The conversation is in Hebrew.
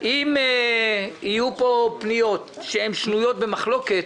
אם יהיו פה פניות שהן שנויות במחלוקת